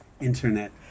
internet